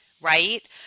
right